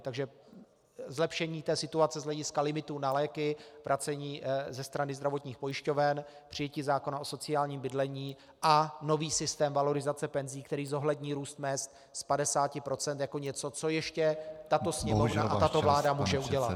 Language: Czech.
Takže zlepšení situace z hlediska limitů na léky, vracení ze strany zdravotních pojišťoven, přijetí zákona o sociálním bydlení a nový systém valorizace penzí, který zohlední růst mezd z 50 % jako něco, co ještě tato Sněmovna a tato vláda může udělat.